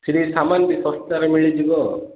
ସେଠି ସାମାନ ବି ଶସ୍ତାରେ ମିଳିଯିବ